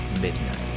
Midnight